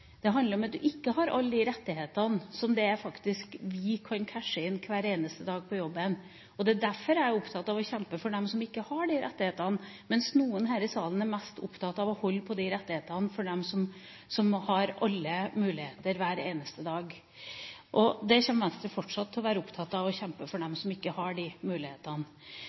Det handler om at du ikke har alle de rettighetene som vi faktisk kan cashe inn hver eneste dag på jobben. Det er derfor jeg er opptatt av å kjempe for dem som ikke har de rettighetene, mens noen her i salen er mest opptatt av å holde på rettighetene for dem som har alle muligheter hver eneste dag. Venstre kommer fortsatt til å være opptatt av å kjempe for dem som ikke har de mulighetene.